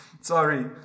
Sorry